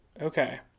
Okay